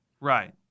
Right